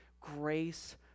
grace